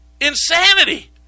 Insanity